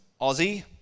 Aussie